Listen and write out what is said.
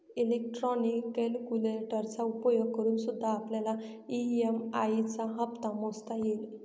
electronic कैलकुलेटरचा उपयोग करूनसुद्धा आपल्याला ई.एम.आई चा हप्ता मोजता येईल